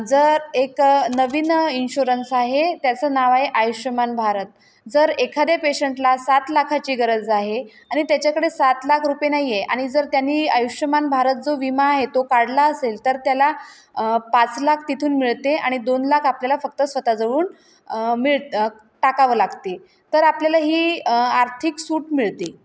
जर एक नवीन इन्श्युरन्स आहे त्याचं नाव आहे आयुष्मान भारत जर एखाद्या पेशंटला सात लाखाची गरज आहे आणि त्याच्याकडे सात लाख रुपये नाही आहे आणि जर त्यांनी आयुष्मान भारत जो विमा आहे तो काढला असेल तर त्याला पाच लाख तिथून मिळते आणि दोन लाख आपल्याला फक्त स्वत जवळून मिळ टाकावं लागते तर आपल्याला ही आर्थिक सूट मिळते